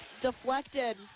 deflected